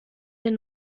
den